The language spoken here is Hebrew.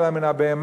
אלא "מן הבהמה,